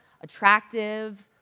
attractive